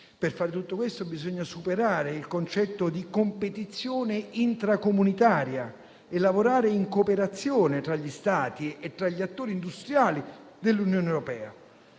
Per fare tutto questo bisogna superare il concetto di competizione intracomunitaria e lavorare in cooperazione tra gli Stati e tra gli attori industriali dell'Unione europea.